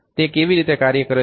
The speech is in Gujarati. તે કેવી રીતે કાર્ય કરે છે